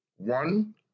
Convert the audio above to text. One